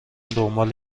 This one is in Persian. دنبال